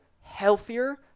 healthier